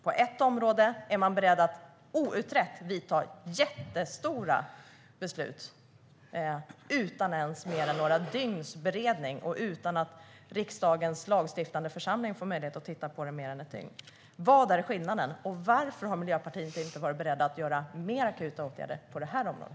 På ett område är man beredd att outrett ta jättestora beslut efter bara några dygns beredning och efter att riksdagens lagstiftande församling fått möjlighet att titta på det i bara ett dygn. Vad är skillnaden? Varför har Miljöpartiet inte varit berett att vidta mer akuta åtgärder på detta område?